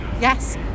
Yes